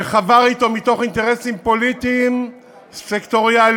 וחבר אתו מתוך אינטרסים פוליטיים סקטוריאליים,